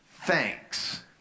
thanks